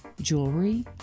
Jewelry